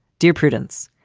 dear prudence,